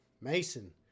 Mason